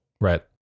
Right